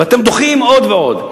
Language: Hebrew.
ואתם דוחים עוד ועוד.